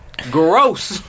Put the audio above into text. Gross